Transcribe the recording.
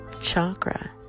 chakra